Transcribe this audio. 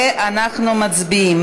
ואנחנו מצביעים.